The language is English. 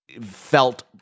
felt